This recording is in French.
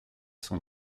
sont